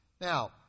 Now